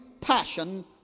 passion